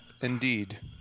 Indeed